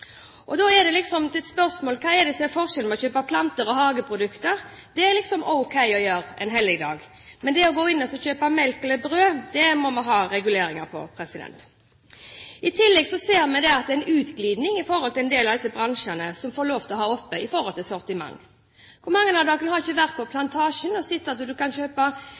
Da er spørsmålet: Hva er forskjellen på å kjøpe planter og hageprodukter – det er det liksom ok å gjøre en helligdag – og det å kjøpe melk eller brød, som vi må ha reguleringer på? I tillegg ser vi at det er en utglidning når det gjelder sortiment i disse bransjene som får lov til å ha åpent. Hvor mange har ikke vært på Plantasjen og sett at man kan kjøpe